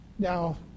Now